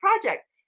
project